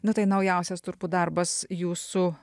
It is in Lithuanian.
nu tai naujausias turbūt darbas jūsų